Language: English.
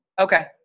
Okay